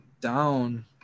down